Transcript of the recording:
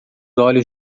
olhos